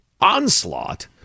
onslaught